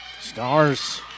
Stars